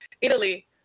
Italy